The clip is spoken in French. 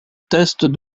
teste